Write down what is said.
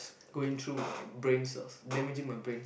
going through my brain cells damaging my brain